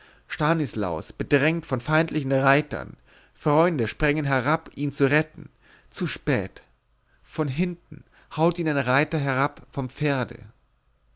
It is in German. stanislaus bedrängt von feindlichen reitern freunde sprengen heran ihn zu retten zu spät von hinten haut ihn ein reiter herab vom pferde